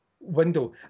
window